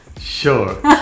sure